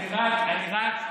אני רק אומר,